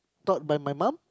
taught by my mum